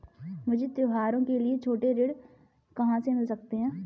मुझे त्योहारों के लिए छोटे ऋण कहाँ से मिल सकते हैं?